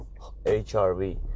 HRV